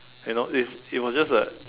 you know it it was just a